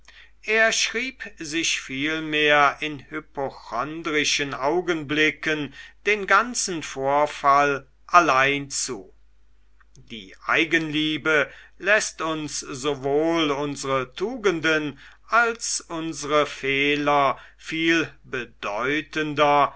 er schrieb sich vielmehr in hypochondrischen augenblicken den ganzen vorfall allein zu die eigenliebe läßt uns sowohl unsre tugenden als unsre fehler viel bedeutender